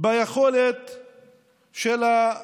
על זה או